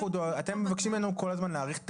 אתם מבקשים מאיתנו כל הזמן להאריך את